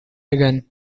again